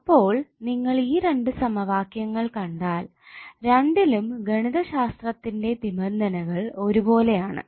അപ്പോൾ നിങ്ങൾ ഈ രണ്ട് സമവാക്യങ്ങൾ കണ്ടാൽ രണ്ടിലും ഗണിതശാസ്ത്രത്തിന്റെ നിബന്ധനകൾ ഒരുപോലെയാണ്